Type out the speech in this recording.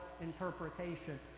interpretation